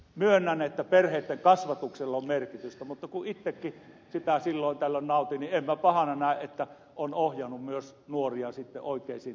myönnän että perheitten kasvatuksella on merkitystä mutta kun itsekin alkoholia silloin tällöin nautin niin en minä pahana näe että olen ohjannut myös nuoria oikeisiin tapoihin